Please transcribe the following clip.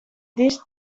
this